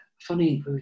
funny